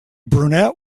brunette